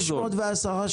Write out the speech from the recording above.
610 שקלים.